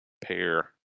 pair